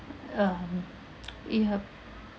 um yup